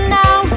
now